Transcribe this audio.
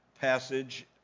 passage